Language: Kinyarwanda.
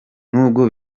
nubwo